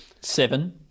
Seven